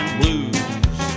blues